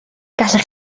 gallech